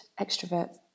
extrovert